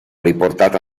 riportata